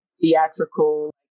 theatrical